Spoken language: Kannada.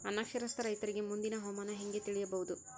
ಅನಕ್ಷರಸ್ಥ ರೈತರಿಗೆ ಮುಂದಿನ ಹವಾಮಾನ ಹೆಂಗೆ ತಿಳಿಯಬಹುದು?